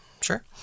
sure